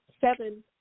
seven